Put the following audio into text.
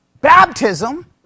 baptism